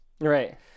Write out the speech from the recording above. Right